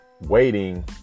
waiting